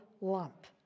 lump